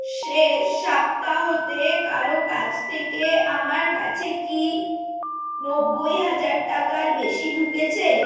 শেষ সপ্তাহতে কারো কাছ থেকে আমার কাছে কি নব্বই হাজার টাকার বেশি ঢুকেছে